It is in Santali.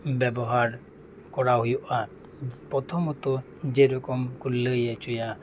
ᱵᱮᱵᱚᱦᱟᱨ ᱠᱚᱨᱟᱣ ᱦᱩᱭᱩᱜᱼᱟ ᱯᱨᱚᱛᱷᱚᱢᱚᱛᱚ ᱡᱮ ᱨᱚᱠᱚᱢ ᱠᱚ ᱞᱟᱹᱭ ᱚᱪᱚᱭᱟ